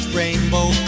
rainbow